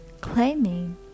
claiming